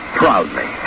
proudly